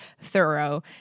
thorough